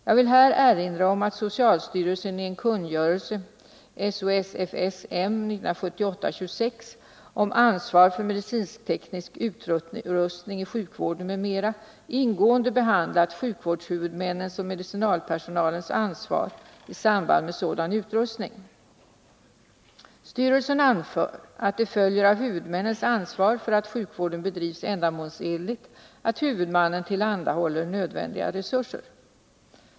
Jag vill här erinra om att socialstyrelsen i en kungörelse, SOSFS 1978:26, om ansvar för medicinteknisk utrustning i sjukvården m.m. ingående behandlat sjukvårdshuvudmännens och medicinalpersonalens ansvar i samband med sådan utrustning. Styrelsen anför att det följer av huvudmännens ansvar för att sjukvården bedrivs ändamålsenligt att huvudmannen tillhandahåller nödvändiga resurser.